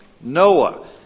Noah